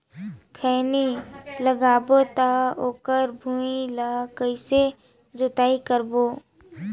खैनी लगाबो ता ओकर भुईं ला कइसे जोताई करबो?